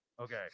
Okay